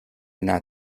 not